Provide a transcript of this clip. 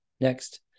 Next